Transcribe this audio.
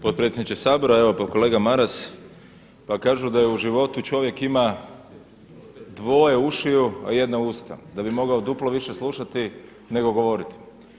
Potpredsjedniče Sabora, evo pa kolega Maras pa kažu da je u životu čovjek ima dvoje ušiju a jedna usta da bi mogao duplo više slušati nego govoriti.